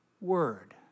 word